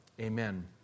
Amen